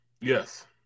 Yes